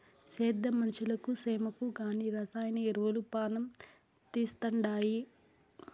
సేద్యం మనుషులకు సేమకు కానీ రసాయన ఎరువులు పానం తీస్తండాయి